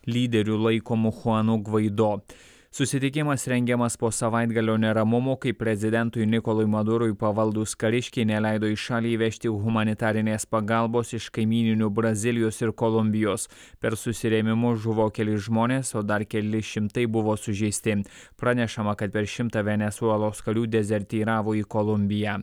lyderiu laikomo chuanu gvaidot susitikimas rengiamas po savaitgalio neramumų kaip prezidentui nikolui madurui pavaldūs kariškiai neleido į šalį įvežti humanitarinės pagalbos iš kaimyninių brazilijos ir kolumbijos per susirėmimus žuvo keli žmonės o dar keli šimtai buvo sužeisti pranešama kad per šimtą venesuelos karių dezertyravo į kolumbiją